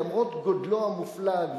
למרות גודלו המופלג,